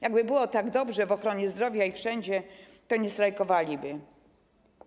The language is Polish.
Jakby było tak dobrze w ochronie zdrowia i wszędzie, to nie strajkowaliby